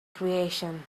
creation